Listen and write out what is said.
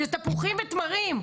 זה תפוחים ותמרים.